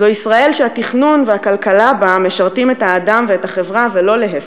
זו ישראל שהתכנון והכלכלה בה משרתים את האדם ואת החברה ולא להפך.